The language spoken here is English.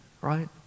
right